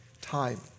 time